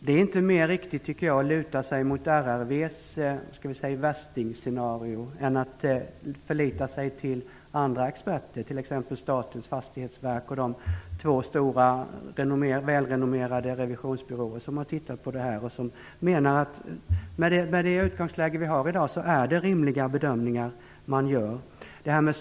Det är inte mer riktigt tycker jag att luta sig mot RRV:s "värstingscenario" än att förlita sig till andra experter, t.ex. Statens fastighetsverk och de två stora välrenommerade revisionsbyråer som har tittat på det här och som menar att bedömningarna är rimliga med det utgångsläge vi har i dag.